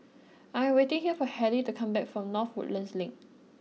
I am waiting here for Hettie to come back from North Woodlands Link